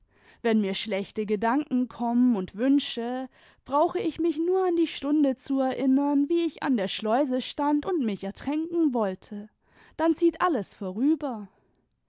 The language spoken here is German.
wenn mir schlechte gedanken kommen imd wünsche brauche ich mich nur an die stunde zu erinnern wie ich an der schleuse stand imd mich ertränken wollte dann zieht alles vorüber